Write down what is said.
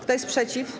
Kto jest przeciw?